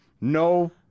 No